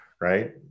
right